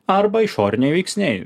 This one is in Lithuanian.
arba išoriniai veiksniai